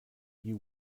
you